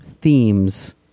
Themes